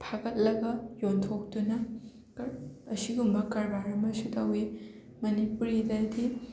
ꯐꯥꯒꯠꯂꯒ ꯌꯣꯟꯊꯣꯛꯇꯨꯅ ꯀꯔ ꯑꯁꯤꯒꯨꯝꯕ ꯀꯔꯕꯥꯔ ꯑꯃꯁꯨ ꯇꯧꯋꯤ ꯃꯅꯤꯄꯨꯔꯤꯗꯗꯤ